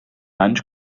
anys